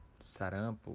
Sarampo